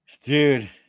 Dude